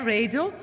Radio